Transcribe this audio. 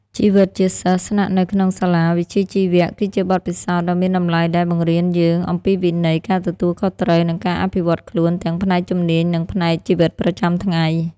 ជីវិតជាសិស្សស្នាក់នៅក្នុងសាលាវិជ្ជាជីវៈ គឺជាបទពិសោធន៍ដ៏មានតម្លៃដែលបង្រៀនយើងអំពីវិន័យ ការទទួលខុសត្រូវ និងការអភិវឌ្ឍខ្លួនទាំងផ្នែកជំនាញ និងផ្នែកជីវិតប្រចាំថ្ងៃ។